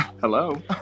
Hello